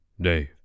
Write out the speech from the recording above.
Dave